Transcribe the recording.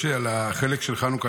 יש על החלק של חנוכה.